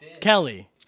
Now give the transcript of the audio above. Kelly